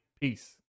Peace